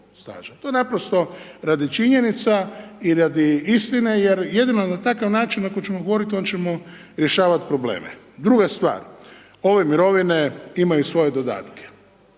To naprosto radi činjenica i radi istine, jer jedino na takav način, ako ćemo govoriti, onda ćemo rješavati probleme. Druga stvar, ove mirovine imaju svoje dodatke,